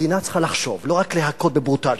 מדינה צריכה לחשוב, לא רק להכות בברוטליות.